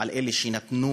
על אלה שנתנו,